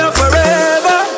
forever